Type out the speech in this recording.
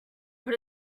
what